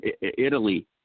Italy